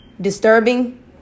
disturbing